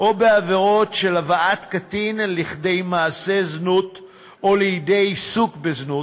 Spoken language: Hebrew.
או בעבירות של הבאת קטין לידי מעשה זנות או לידי עיסוק בזנות.